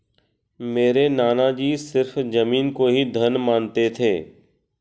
मेरे नाना जी सिर्फ जमीन को ही धन मानते हैं